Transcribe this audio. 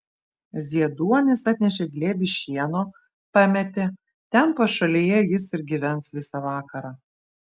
zieduonis atnešė glėbį šieno pametė ten pašalėje jis ir gyvens visą vakarą